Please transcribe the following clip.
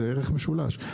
זה ערך משולש,